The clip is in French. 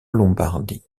lombardie